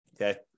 Okay